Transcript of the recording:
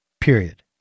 Period